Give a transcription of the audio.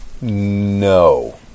No